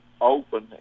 open